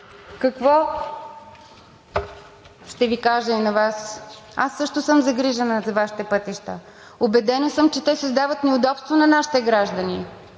Какво ще Ви кажа и на Вас? Аз също съм загрижена за Вашите пътища. Убедена съм, че те създават неудобство на нашите граждани,